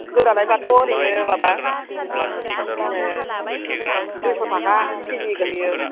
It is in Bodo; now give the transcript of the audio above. गोदानायबायथ' ओरैनो माबा मा होनो दुइस' थाखा केजि गोलैयो